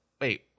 wait